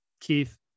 Keith